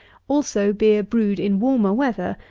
also beer brewed in warmer weather,